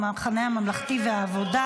המחנה הממלכתי והעבודה.